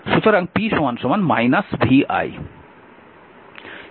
সুতরাং p vi